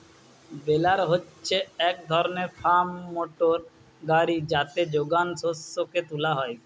বেলার হচ্ছে এক ধরণের ফার্ম মোটর গাড়ি যাতে যোগান শস্যকে তুলা হয়